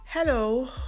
Hello